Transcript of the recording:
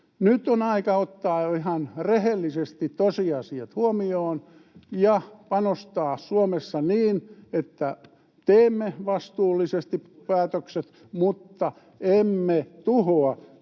Nyt on aika ottaa jo ihan rehellisesti tosiasiat huomioon ja panostaa Suomessa niin, että teemme vastuullisesti päätökset mutta emme tuhoa